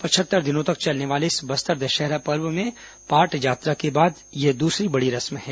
पचहत्तर दिनों तक चलने वाले इस बस्तर दशहरा पर्व में पाटजात्रा के बाद यह दूसरी बड़ी रस्म हैं